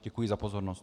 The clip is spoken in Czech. Děkuji za pozornost.